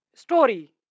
Story